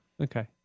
okay